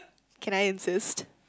can I insist